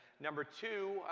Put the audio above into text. number two,